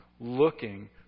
looking